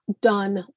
done